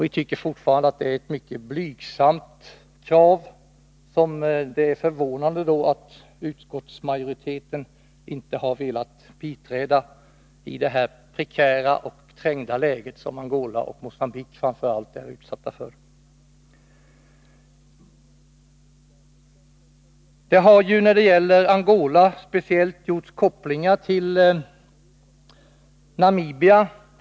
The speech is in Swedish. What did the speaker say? Vi anser fortfarande att det är ett mycket blygsamt krav, och det är förvånande att utskottsmajoriteten inte har velat biträda det i det prekära och trängda läge som råder framför allt i Angola och Mogambique. Det har speciellt när det gäller Angola gjorts kopplingar till Namibia.